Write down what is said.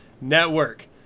Network